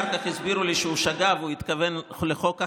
ואחר כך הסבירו לי שהוא שגה והוא התכוון לחוק אחר,